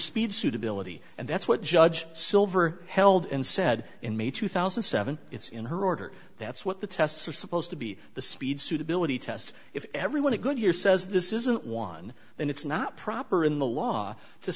speed suitability and that's what judge silver held and said in may two thousand and seven it's in her order that's what the tests are supposed to be the speed suitability tests if everyone a good year says this isn't one and it's not proper in the law to